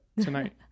tonight